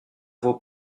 vos